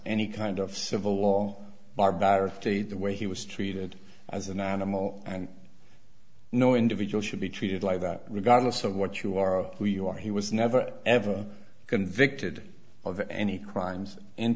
any kind of civil law barbarity the way he was treated as an animal and no individual should be treated like that regardless of what you are or who you are he was never ever convicted of any crimes in